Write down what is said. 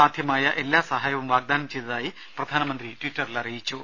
സാധ്യമായ എല്ലാ സഹായവും വാഗ്ദാനം ചെയ്തതായി പ്രധാനമന്ത്രി ട്വിറ്ററിൽ അറിയിച്ചു